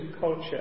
culture